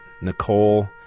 Nicole